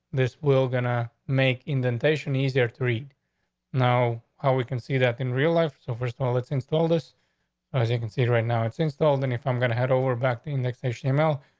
this will gonna make indentation easier. three. now how we can see that in real life. so first of all, it's installed this as you can see, right now it's installed. and if i'm gonna head over back to indexation email,